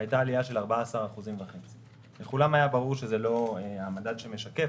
הייתה עלייה של 14.5%. לכולם היה ברור שזה לא המדד שמשקף,